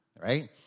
right